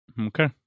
Okay